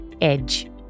EDGE